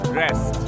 rest